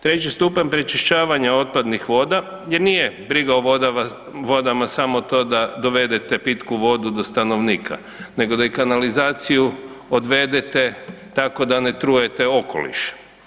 Treći stupanj prečišćavanja otpadnih voda gdje nije briga o vodama samo to da dovedete pitku vodu do stanovnika nego da i kanalizaciju odvedete tako da ne trujete okoliš.